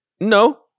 No